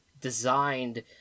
designed